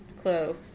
clove